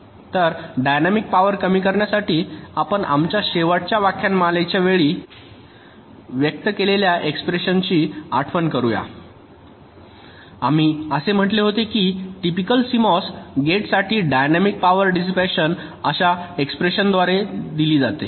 तर dynamic power कमी करण्यासाठी आपण आमच्या शेवटच्या व्याख्यानमालेच्या वेळी व्यक्त केलेल्या एक्सप्रेशन ची आठवण करूया आम्ही असे म्हटले होते की टिपिकल सीएमओएस गेटसाठी डायनॅमिक पॉवर डिसिपॅशन अशा एक्सप्रेशनद्वारे दिले जाते